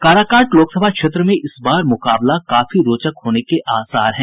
काराकाट लोकसभा क्षेत्र में इस बार मुकाबला काफी रोचक होने के आसार हैं